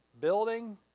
building